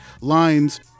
lines